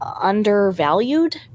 undervalued